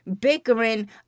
bickering